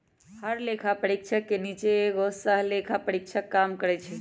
हर लेखा परीक्षक के नीचे एगो सहलेखा परीक्षक काम करई छई